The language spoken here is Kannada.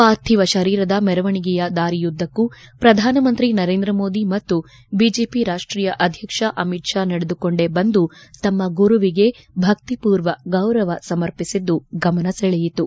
ಪಾರ್ಥಿವ ಶರೀರದ ಮೆರವಣಿಗೆಯ ದಾರಿಯುದ್ದಕ್ಕೂ ಪ್ರಧಾನಮಂತ್ರಿ ನರೇಂದ್ರ ಮೋದಿ ಮತ್ತು ಐಜೆಪಿ ರಾಷ್ಟೀಯ ಅಧ್ಯಕ್ಷ ಅಮಿತ್ ಶಾ ನಡೆದುಕೊಂಡೆ ಬಂದು ತಮ್ಮ ಗುರುವಿಗೆ ಭಕ್ತಿಪೂರ್ವ ಗೌರವ ಸಮರ್ಪಿಸಿದ್ದು ಗಮನ ಸೆಳೆಯಿತು